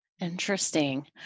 Interesting